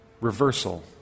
reversal